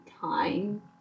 time